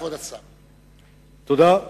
תודה.